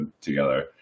together